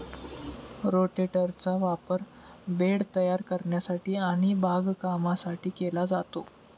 रोटेटरचा वापर बेड तयार करण्यासाठी आणि बागकामासाठी केला जातो